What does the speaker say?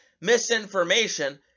misinformation